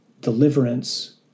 deliverance